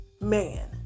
man